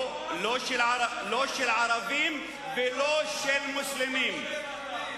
לא של ערבים ולא של מוסלמים.